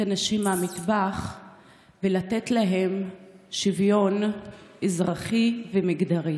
הנשים מהמטבח ולתת להן שוויון אזרחי ומגדרי?